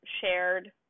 shared